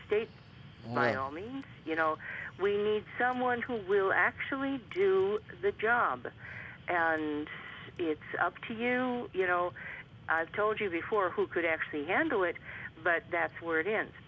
state my army you know we need someone who will actually do the job and it's up to you you know i've told you before who could actually handle it but that's where it ends